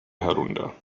herunter